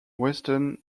western